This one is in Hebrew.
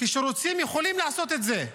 שכשרוצים יכולים לעשות את זה?